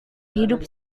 hidup